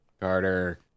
Carter